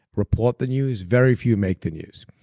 report the news. very few make the news.